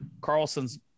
Carlson's